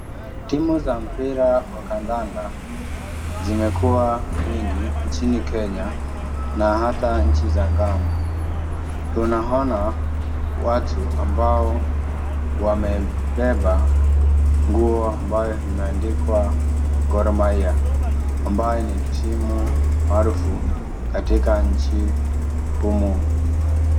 Timu za mpira wa kandanda zimekuwa mingi nchini Kenya na hata nchi za ng'ambo. Tunaona watu ambao wamebeba nguo ambayo imeandikwa Gor Mahia ambayo ni timu maarufu katika nchi humu.